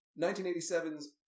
1987's